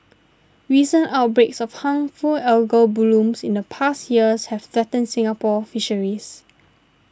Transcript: recent outbreaks of harmful algal blooms in the past years have threatened Singapore fisheries